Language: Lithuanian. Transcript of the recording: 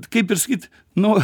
kaip ir sakyt nu